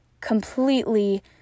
completely